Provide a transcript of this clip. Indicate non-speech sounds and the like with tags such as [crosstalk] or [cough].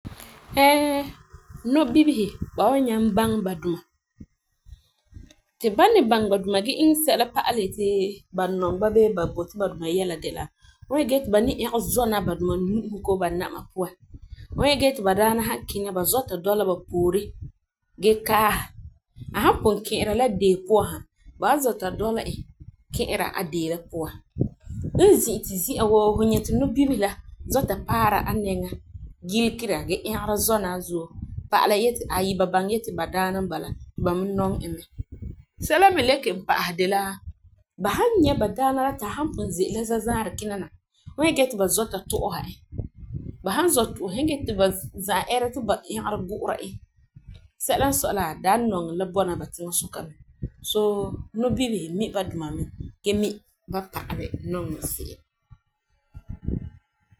[hesitation] nɔbibihi ba nyaŋɛ baŋɛ ba duma. Ti ba ni baŋɛ ba duma gee iŋɛ pa'alɛ yeti ba nɔŋɛ ba bii ba boti ba duma yele de la fu wan nyɛ gee ti ba ni ɛge zɔna ba duma nu'usin koo ba nama puan, hu nyɛ gee ti ba daana han kina ba zɔta dɔla ba poorin gee kaaha. A han pugum kɛ'ɛra deo puan ha ba wan zɔta dɔla e ke'era a deo puan. E zi'iti zi'an woo hu nyɛ ti nɔbibihi la zɔta paara a nɛŋa geligera gee ɛgera zɔna a zuo pa'ala yeti aayi ba baŋɛ yeti ba daana n bala ti ba mi nɔŋɛ e mɛ. Sɛla n le kelum pa'ahɛ bini de la, ba han nyɛ badaana ti a ze'erɛ la zazaarɛ kina na hu wan nyɛ gee ti ba zɔta tuha e. Ba han zɔ tuhi e hu wan nyɛ ti ba za'a ɛɛra ti ba ɛgera gu'ura e sɛla n sɔi la that nɔŋera la bɔna ba tiŋasuka mɛ. So nɔbibihi me baduma mɛ gee me ba pa'alɛ nɔŋerɛ se'em.